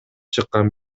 чыккан